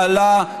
ללה,